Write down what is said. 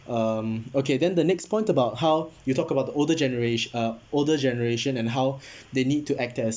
um okay then the next point about how you talk about the older genera~ uh older generation and how they need to act as